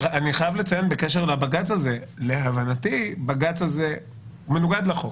אני חייב לציין בקשר לבג"ץ הזה שלהבנתי הוא מנוגד לחוק.